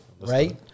Right